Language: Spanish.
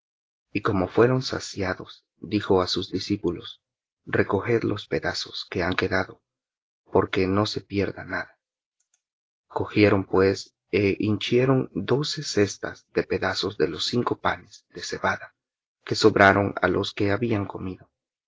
y como fueron saciados dijo á sus discípulos recoged los pedazos que han quedado porque no se pierda nada cogieron pues é hinchieron doce cestas de pedazos de los cinco panes de cebada que sobraron á los que habían comido